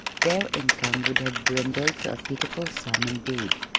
their income would have dwindled to a pitiful sum indeed.